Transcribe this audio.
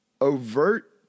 overt